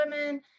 women